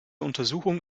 untersuchung